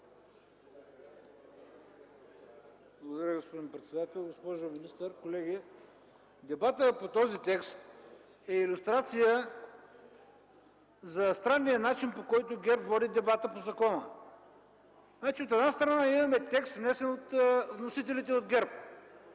Благодаря Ви, господин председател. Госпожо министър, колеги! Дебатът по този текст е илюстрация за странния начин, по който ГЕРБ води дебата по закона. Значи, от една страна, ние имаме текст, внесен от вносителите от ГЕРБ.